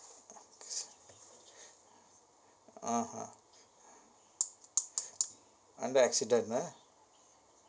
(uh huh) under accident ah